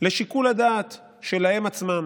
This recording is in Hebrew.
לשיקול הדעת שלהם עצמם.